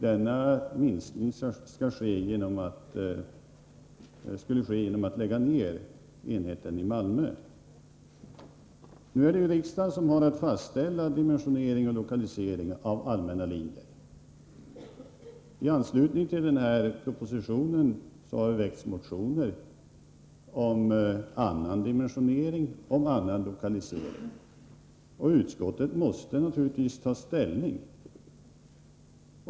Denna minskning skall ske genom att enheten i Malmö läggs ner. Riksdagen har att fastställa dimensionering och lokalisering av allmänna linjer. Tanslutning till denna proposition har motioner om annan dimensionering och annan lokalisering väckts. Utskottet måste naturligtvis ta ställning.